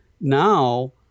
now